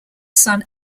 son